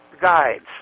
guides